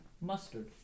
mustard